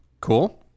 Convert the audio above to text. Cool